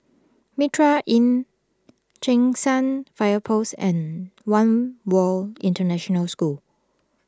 Mitraa Inn Cheng San Fire Post and one World International School